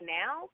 now